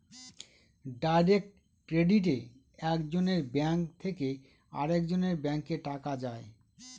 direct ক্রেডিটে এক জনের ব্যাঙ্ক থেকে আরেকজনের ব্যাঙ্কে টাকা যায়